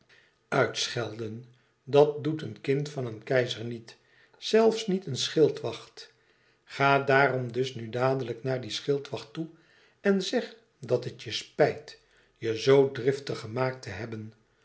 uitschelden dat doet een kind van een keizer niet zelfs niet een schildwacht ga daarom dus nu dadelijk naar dien schildwacht toe en zeg dat het je spijt je zoo driftig gemaakt te hebben